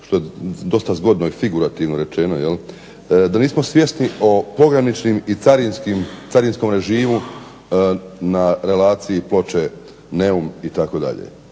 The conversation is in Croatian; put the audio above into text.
što dosta zgodno i figurativno rečeno jel, da nismo svjesni o pograničnim i carinskim, carinskom režimu na relaciji Ploče, Neum, itd.